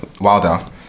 Wilder